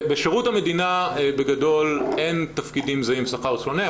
בשירות המדינה בגדול אין תפקידים זהים שכר שונה,